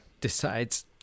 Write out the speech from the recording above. decides